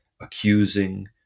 accusing